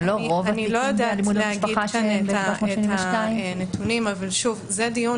אני לא יודעת לומר את הנתונים אבל זה דיון